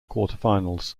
quarterfinals